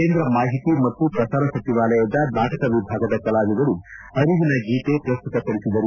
ಕೇಂದ್ರ ಮಾಹಿತಿ ಮತ್ತು ಪ್ರಸಾರ ಸಚಿವಾಲಯದ ನಾಟಕ ವಿಭಾಗದ ಕಲಾವಿದರು ಅರಿವಿನ ಗೀತೆ ಪ್ರಸ್ತುತಪಡಿಸಿದರು